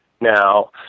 now